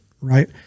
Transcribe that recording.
Right